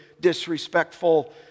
disrespectful